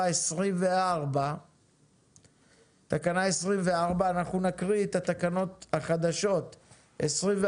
24. אנחנו נקריא את התקנות החדשות 24,